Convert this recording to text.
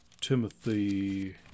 Timothy